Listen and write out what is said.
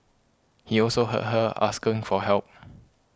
he also heard her asking for help